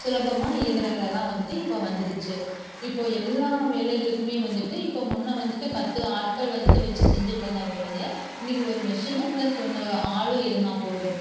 சுலபமாக இயந்திரங்களெல்லாம் வந்துட்டு இப்போது வந்துடுச்சு இப்போது எல்லா வேலைகளுக்குமே வந்துட்டு இப்போது முன்னே வந்துட்டு பத்து ஆட்கள் வந்துட்டு வெச்சு செஞ்சிட்டிருந்த வேலையை இன்னைக்கி ஒரு மெஷினும் ப்ளஸ் இன்னொரு ஆளும் இருந்தால் போதும்